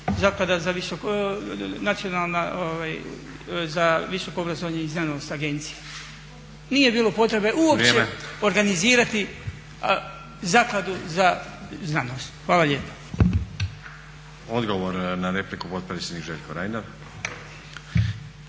Nacionalna za visoko obrazovanje i znanost agencija. Nije bilo potrebe uopće organizirati Zakladu za znanost. Hvala lijepo. **Stazić, Nenad (SDP)** Odgovor na repliku potpredsjednik Željko